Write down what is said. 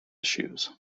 issues